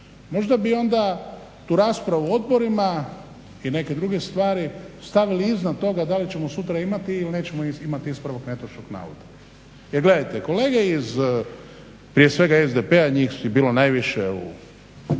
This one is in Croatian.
Možda bi onda tu raspravu u odborima i neke druge stvari stavili izvan toga da li ćemo sutra imati ili nećemo imati ispravak netočnog navoda. Jer gledajte, kolege iz prije svega SDP-a, njih je bilo najviše u